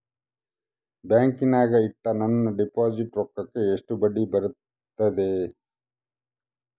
ಬ್ಯಾಂಕಿನಾಗ ಇಟ್ಟ ನನ್ನ ಡಿಪಾಸಿಟ್ ರೊಕ್ಕಕ್ಕ ಎಷ್ಟು ಬಡ್ಡಿ ಬರ್ತದ?